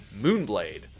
Moonblade